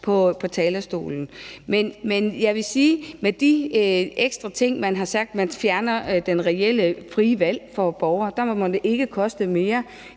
på talerstolen. Men jeg vil sige, at med de ekstra ting med, at man fjerner det reelle frie valg for borgere, og at det ikke må koste mere